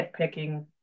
nitpicking